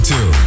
Two